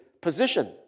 position